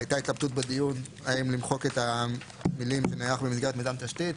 הייתה התלבטות בדיון האם למחוק את המילים: שנערך במסגרת מיזם תשתית.